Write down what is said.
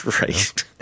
Right